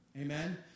Amen